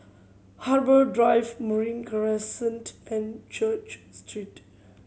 Harbour Drive Marine Crescent and Church Street